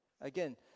Again